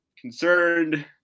concerned